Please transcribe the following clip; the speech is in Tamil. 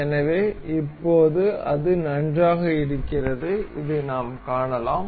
எனவே இப்போது அது நன்றாக இருக்கிறது இதை நாம் காணலாம்